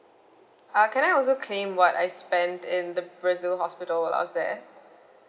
uh can I also claim what I spent in the brazil hospital while I was there